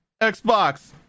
Xbox